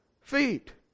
feet